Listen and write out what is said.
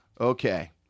Okay